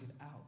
out